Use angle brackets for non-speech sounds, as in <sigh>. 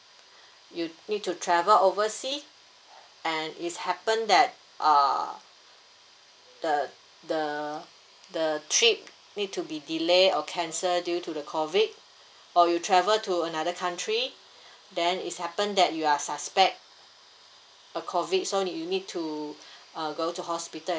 <breath> you need to travel oversea and it happened that uh the the the trip need to be delayed or cancelled due to the COVID or you travel to another country <breath> then it happened that you are suspect uh COVID so you need to <breath> uh go to hospital